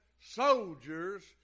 soldiers